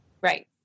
Right